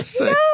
No